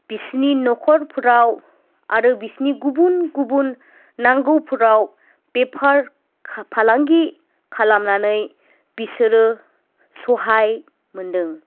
बिसोरनि न'खरफोराव आरो बिसोरनि गुबुन गुबुन नांगौफोराव बेफार फालांगि खालामनानै बिसोरो सहाय मोनदों